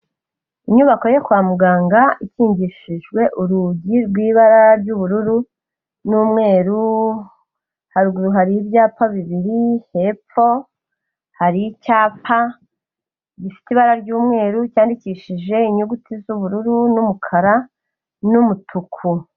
Inyubako yo kwa muganga ikingishijwe urugi rw'ibara ry'ubururu n'umweru, haruguru hari ibyapa bibiri, hepfo hari icyapa gifite ibara ry'umweru cyandikishije inyuguti z'ubururu, n'umukara, n'umutuku.